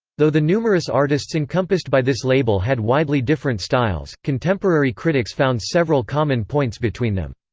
though the numerous artists encompassed by this label had widely different styles, contemporary critics found several common points between them.